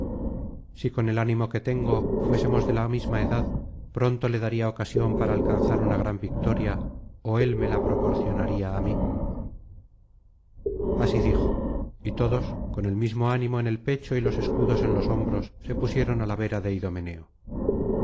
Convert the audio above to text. si con el ánimo que tengo fuésemos de la misma edad pronto le daría ocasión para alcanzar una gran victoria ó él me la proporcionaría á mí así dijo y todos con el mismo ánimo en el pecho y los escudos en los hombros se pusieron á la vera de